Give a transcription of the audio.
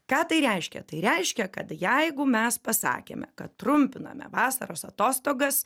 ką tai reiškia tai reiškia kad jeigu mes pasakėme kad trumpiname vasaros atostogas